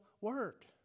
work